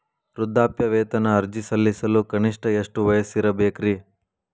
ವೃದ್ಧಾಪ್ಯವೇತನ ಅರ್ಜಿ ಸಲ್ಲಿಸಲು ಕನಿಷ್ಟ ಎಷ್ಟು ವಯಸ್ಸಿರಬೇಕ್ರಿ?